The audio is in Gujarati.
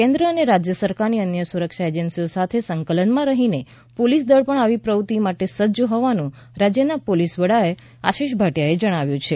કેન્દ્ર અને રાજ્ય સરકારની અન્ય સુરક્ષા એજન્સીઓ સાથે સંકલનમાં રહીને પોલીસદળ પણ આવી પ્રવૃત્તિને માટે સજ્જ હોવાનું રાજ્યના પોલીસવડા આશિષ ભાટિયાએ જણાવ્યું છે